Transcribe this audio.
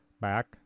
back